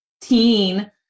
teen